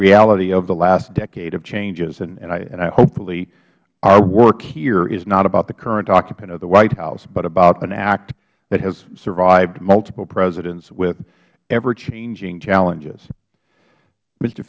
reality of the last decade of changes and hopefully our work here is not about the current occupant of the white house but about an act that has survived multiple presidents with ever changing challenges m